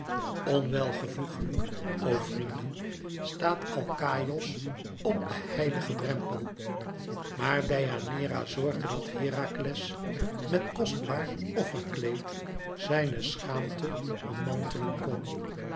onwelvoegelijk o vrienden staat alkaïos op den heiligen drempel maar deianeira zorgde dat herakles met kostbaar offerkleed zijne schaamte ommantelen kon